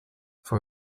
for